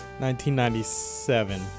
1997